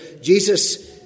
Jesus